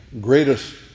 greatest